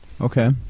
Okay